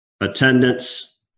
attendance